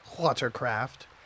watercraft